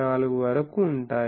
14 వరకు ఉంటాయి